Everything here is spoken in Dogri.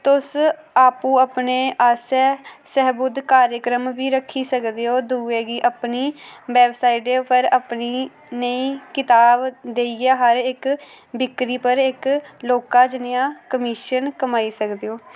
तुस आपूं अपने आसेआ सैहबुद्ध कार्यक्रम बी रक्खी सकदे ओ दुए गी अपनी वेबसाइटें पर अपनी नयी कताब देइयै हर इक बिक्री पर इक लौह्का जनेहा कमीशन कमाई सकदे ओ